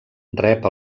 rep